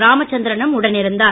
ராமச்சந்திரனும் உடனிருந்தார்